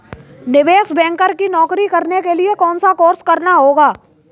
निवेश बैंकर की नौकरी करने के लिए कौनसा कोर्स करना होगा?